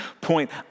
point